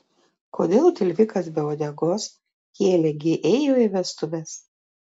kodėl tilvikas be uodegos kielė gi ėjo į vestuves